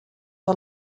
her